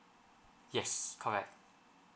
yes correct